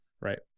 Right